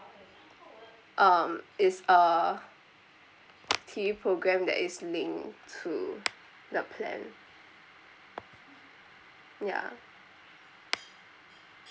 um it's a T_V program that is linked to the plan ya